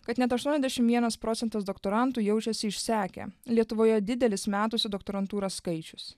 kad net aštuoniasdešimt vienas procentas doktorantų jaučiasi išsekę lietuvoje didelis metusių doktorantūrą skaičius